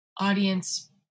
audience